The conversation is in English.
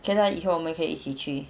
okay lor 以后我们可以一起去